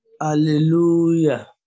Hallelujah